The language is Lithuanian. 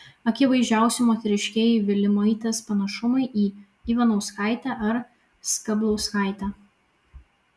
akivaizdžiausi moteriškieji vilimaitės panašumai į ivanauskaitę ar skablauskaitę